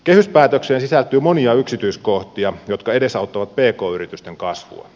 kehyspäätökseen sisältyy monia yksityiskohtia jotka edesauttavat pk yritysten kasvua